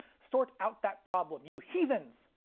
sort out that problem you heathens!